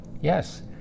yes